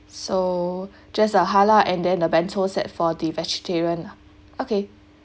so just a halal and then a bento set for the vegetarian lah okay